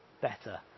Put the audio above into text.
better